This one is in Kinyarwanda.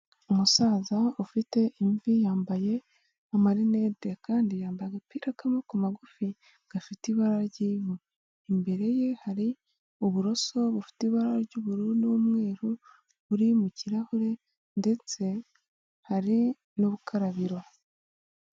Umusaza ufite imvi yambaye amarinete kandi yambaye agapira k'amaboko magufi gafite ibara ry'ivu. Imbere ye hari uburoso bufite ibara ry'ubururu n'umweru buri mu kirahure ndetse hari n'ubukarabiro.